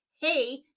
hey